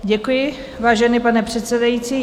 Děkuji, vážený pane předsedající.